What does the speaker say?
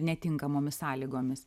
netinkamomis sąlygomis